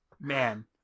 man